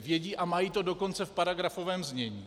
Vědí a mají to dokonce v paragrafovém znění.